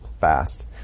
fast